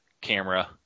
camera